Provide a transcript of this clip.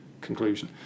conclusion